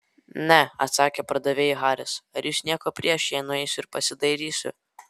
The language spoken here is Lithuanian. ne atsakė padavėjui haris ar jūs nieko prieš jei nueisiu ir pasidairysiu